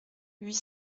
huit